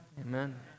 Amen